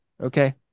okay